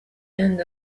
end